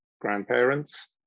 grandparents